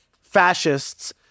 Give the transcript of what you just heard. fascists